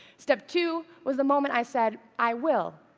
step two was the moment i said, i will.